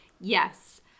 Yes